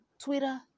twitter